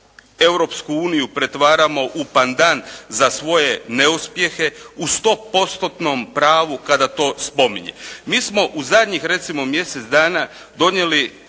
Europsku uniju pretvaramo u pandan za svoje neuspjehe u 100%-tnom pravu kada to spominje. Mi smo u zadnjih, recimo mjesec dana donijeli,